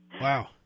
Wow